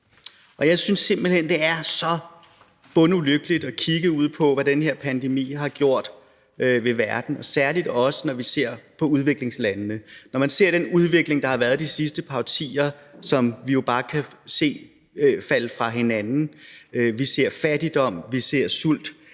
Jeg synes simpelt hen, at det er så bundulykkeligt at kigge ud på, hvad den her pandemi har gjort ved verden, særlig også når vi ser på udviklingslandene, når man ser på den udvikling, der har været de sidste par årtier, og som vi jo bare kan se falde fra hinanden. Vi ser fattigdom, og vi ser sult.